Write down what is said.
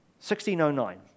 1609